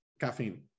caffeine